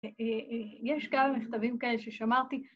‫יש כמה מכתבים כאלה ששמרתי.